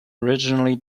originally